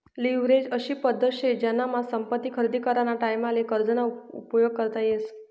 leverage अशी पद्धत शे जेनामा संपत्ती खरेदी कराना टाईमले कर्ज ना उपयोग करता येस